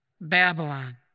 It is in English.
Babylon